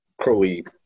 Crowley